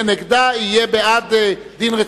מי שיהיה נגדה יהיה בעד דין רציפות.